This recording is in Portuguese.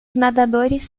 nadadores